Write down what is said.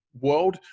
world